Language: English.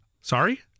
Sorry